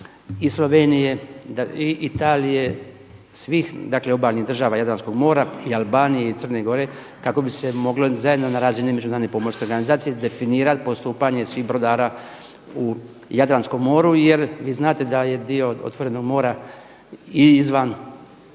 i Slovenije, Italije, svih dakle obalnih država Jadranskog mora, i Albanije, Crne Gore kako bi se moglo zajedno na razini Međunarodne pomorske organizacije definirati postupanje svih brodara u Jadranskom moru jer vi znate da je dio otvorenog mora i izvan